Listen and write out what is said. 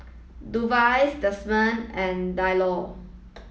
Dovies Desmond and Diallo